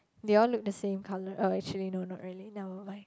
they all look the same colour oh actually no not really never mind